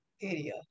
area